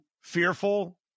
fearful